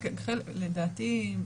לדעתי,